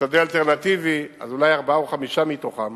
כשדה אלטרנטיבי, אז אולי ארבעה או חמישה מתוכם